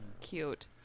Cute